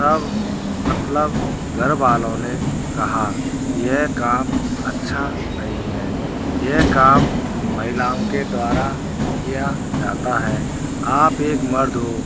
तब मतलब घर वालों ने कहा यह काम अच्छा नहीं है यह काम महिलाओं के द्वारा किया जाता है आप एक मर्द हैं